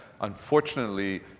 unfortunately